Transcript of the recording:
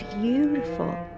beautiful